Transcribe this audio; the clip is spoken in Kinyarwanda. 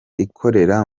ikorera